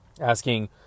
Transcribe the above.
asking